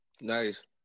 Nice